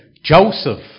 Joseph